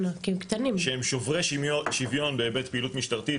שהם שוברי שוויון בהיבט פעילות משטרתית,